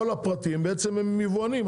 כל הפרטים בעצם הם יבואנים,